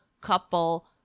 couple